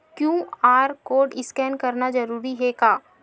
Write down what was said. QR code scan करना जरूरी हे का?